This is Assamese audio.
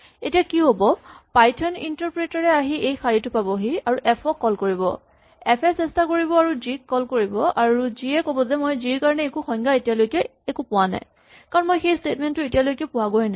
এতিয়া কি হ'ব পাইথন ইন্টাৰপ্ৰেটাৰ আহি এই শাৰীটো পাবহি আৰু এফ ক কল কৰিব এফ এ চেষ্টা কৰিব আৰু জি ক কল কৰিব আৰু জি এ ক'ব যে মই জি ৰ কাৰণে একো সংজ্ঞা এতিয়ালৈকে একো পোৱা নাই কাৰণ মই সেই স্টেটমেন্ট টো এতিয়ালৈকে পোৱাগৈ নাই